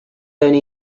only